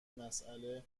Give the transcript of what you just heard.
مساله